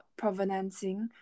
provenancing